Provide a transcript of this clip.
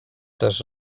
też